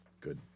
good